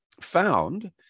found